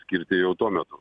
skirti jau tuo metu